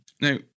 Now